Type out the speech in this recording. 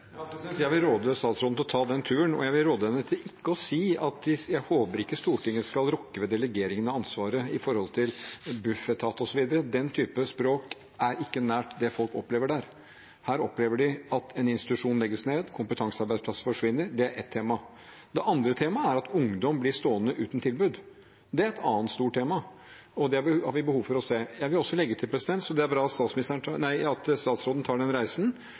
Jeg vil råde statsråden til å ta den turen, og jeg vil råde henne til ikke å si at hun ikke håper Stortinget skal rokke ved delegeringen av ansvaret når det gjelder Bufetat osv. Den typen språk er ikke nært det folk opplever der. De opplever at en institusjon legges ned og kompetansearbeidsplasser forsvinner. Det er ett tema. Det andre temaet er at ungdom blir stående uten tilbud. Det er et annet stort tema, og det har vi behov for å se. Jeg vil også legge til – så det er bra at statsråden tar den reisen – at